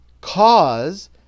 cause